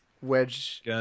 wedge